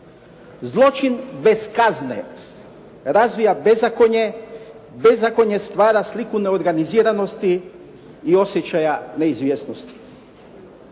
Zločin bez kazne razvija bezakonje, bezakonje stvara sliku neorganiziranosti i osjećaja neizvjesnosti.